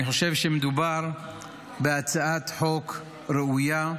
אני חושב שמדובר בהצעת חוק ראויה,